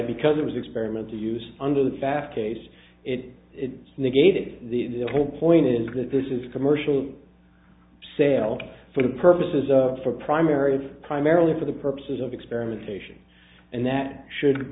because it was experiment to use under the pfaff case it it's negated the whole point is that this is a commercial sale for the purposes of for primary it's primarily for the purposes of experimentation and that should